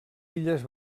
illes